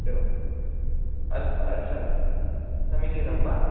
एवं समीचीनं वा